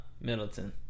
Middleton